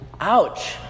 ouch